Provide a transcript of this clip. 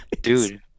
Dude